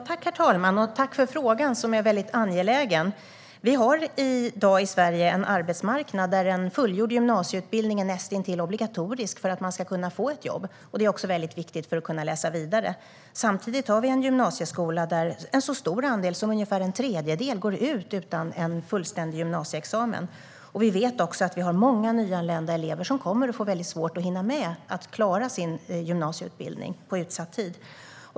Herr talman! Tack för en angelägen fråga, Elisabet Knutsson! I Sverige har vi i dag en arbetsmarknad där fullgjord gymnasieutbildning är näst intill obligatoriskt för att man ska kunna få ett jobb. Det är också viktigt för att man ska kunna läsa vidare. Samtidigt har vi en gymnasieskola där en så stor andel som ungefär en tredjedel går ut utan fullständig gymnasieexamen. Vi vet också att många nyanlända elever kommer att få svårt att hinna med att klara sin gymnasieutbildning på utsatt tid.